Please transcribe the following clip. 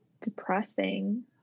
depressing